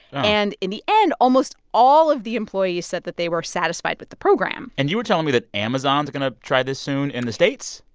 and in the end, almost all of the employees said that they were satisfied with the program and you were telling me that amazon's going to try this soon in the states?